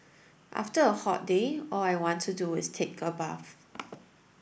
after a hot day all I want to do is take a bath